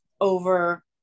over